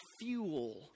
fuel